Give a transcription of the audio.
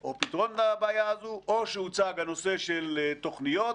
או פתרון הבעיה הזו, או שהוצג הנושא של תוכניות,